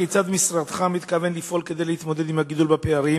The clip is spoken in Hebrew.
כיצד משרדך מתכוון לפעול כדי להתמודד עם הגידול בפערים